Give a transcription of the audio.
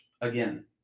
again